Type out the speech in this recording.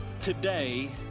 today